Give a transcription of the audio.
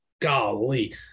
golly